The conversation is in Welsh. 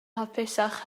hapusach